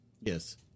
Yes